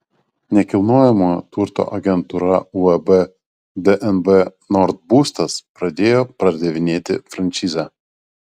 nekilnojamojo turto agentūra uab dnb nord būstas pradėjo pardavinėti franšizę